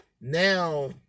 Now